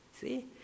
See